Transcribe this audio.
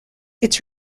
its